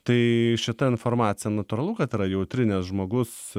tai šita informacija natūralu kad yra jautri nes žmogus